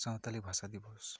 ᱥᱟᱱᱛᱟᱲᱤ ᱵᱷᱟᱥᱟ ᱫᱤᱵᱚᱥ